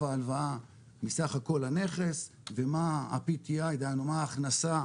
ההלוואה מסך הכל הנכס ומה ה-PTI דהיינו מה ההכנסה